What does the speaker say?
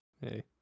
Hey